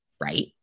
right